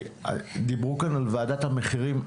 דיברו פה על ועדת המחירים,